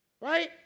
Right